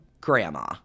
grandma